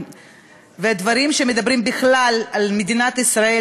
ודברים שמדברים בכלל על מדינת ישראל,